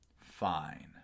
Fine